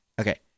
Okay